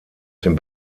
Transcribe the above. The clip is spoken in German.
dem